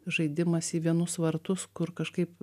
žaidimas į vienus vartus kur kažkaip